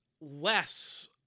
less